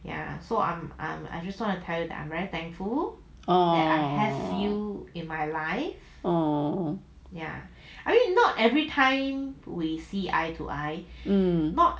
oh um